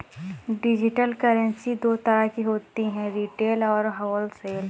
digital currency दो तरह की होती है रिटेल और होलसेल